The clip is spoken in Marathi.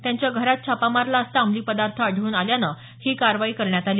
त्यांच्या घरात छापा मारला असता अंमली पदार्थ आढळून आल्यानं ही कारवाई करण्यात आली